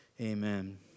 Amen